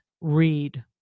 read